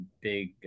big